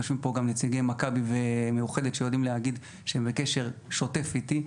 יושבים פה גם נציגי מכבי ומאוחדת שיודעים להגיד שהם בקשר שוטף איתי,